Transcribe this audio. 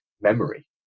memory